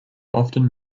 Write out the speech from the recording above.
often